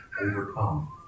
overcome